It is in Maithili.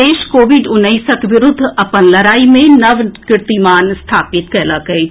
देश कोविड उन्नैसक विरूद्व अपन लड़ाई मे नव कीर्तिमान स्थापित कयलक अछि